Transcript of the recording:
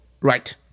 right